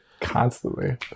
constantly